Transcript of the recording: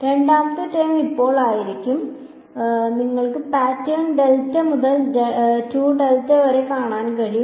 രണ്ടാമത്തെ ടേം ഇപ്പോൾ ആയിരിക്കും നിങ്ങൾക്ക് പാറ്റേൺ ഡെൽറ്റ മുതൽ 2 ഡെൽറ്റ വരെ കാണാൻ കഴിയും